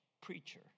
preacher